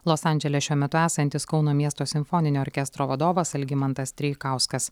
los andžele šiuo metu esantis kauno miesto simfoninio orkestro vadovas algimantas treikauskas